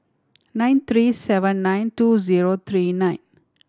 nine three seven nine two zero three nine